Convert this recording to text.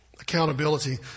accountability